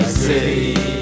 city